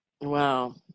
Wow